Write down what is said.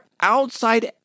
outside